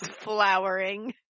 flowering